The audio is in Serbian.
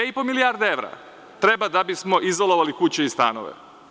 Dve i po milijarde evra treba da bismo izolovali kuće i stanove.